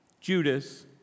Judas